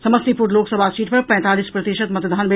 Samastipur Lok Sabha seat पर पैंतालीस प्रतिशत मतदान भेल